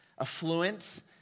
affluent